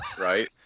Right